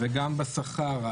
גם בשכר,